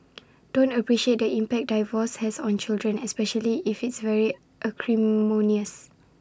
don't appreciate the impact divorce has on children especially if it's very acrimonious